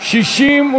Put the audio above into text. לסעיף 79,